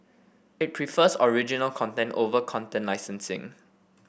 it prefers original content over content licensing